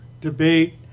debate